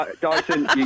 Dyson